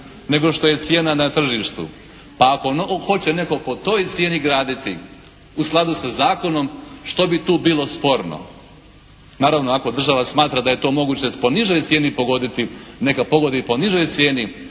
nego što je cijena na tržištu. Pa ako hoće netko po toj cijeni graditi u skladu sa zakonom što bi tu bilo sporno? Naravno ako država smatra da je to moguće po nižoj cijeni pogoditi neka pogodi i po nižoj cijeni